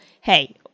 hey